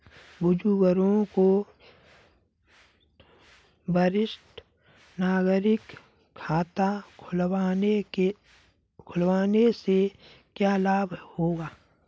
बुजुर्गों को वरिष्ठ नागरिक खाता खुलवाने से क्या लाभ होगा?